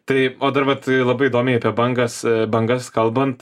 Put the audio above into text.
tai o dar vat labai įdomiai apie bangas bangas kalbant